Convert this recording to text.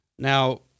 Now